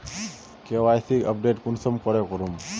KYC update कुंसम करे करूम?